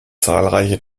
zahlreiche